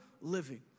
living